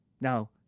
Now